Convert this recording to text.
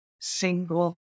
single